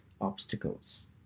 obstacles